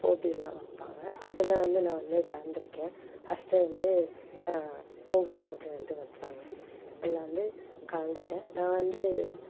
போட்டியெலாம் வைப்பாங்க அதில் வந்து நான் வந்து கலந்துருக்கேன் ஃபஸ்ட்டு வந்து ஓவியப் போட்டி வந்து வைச்சாங்க அதில் வந்து கலந்துகிட்டேன் நான் வந்து